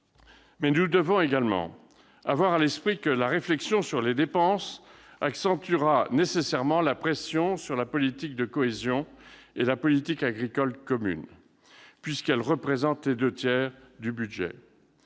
Mais nous devons également avoir à l'esprit que la réflexion sur les dépenses accentuera nécessairement la pression sur la politique de cohésion et la politique agricole commune, ces dernières représentant les deux tiers du budget.